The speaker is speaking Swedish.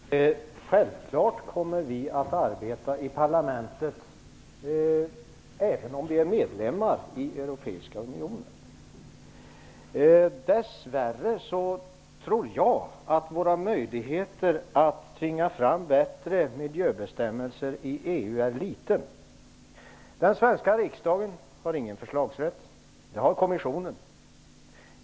Fru talman! Självfallet kommer vi att arbeta i parlamentet även om Sverige är medlem i den europeiska unionen. Dess värre tror jag att våra möjligheter att tvinga fram bättre miljöbestämmelser i EU är små. Den svenska riksdagen har ingen förslagsrätt. Det har kommissionen.